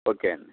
okay అండి